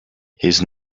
his